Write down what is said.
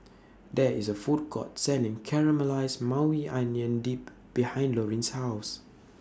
There IS A Food Court Selling Caramelized Maui Onion Dip behind Lorin's House